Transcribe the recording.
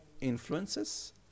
influences